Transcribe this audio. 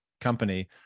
company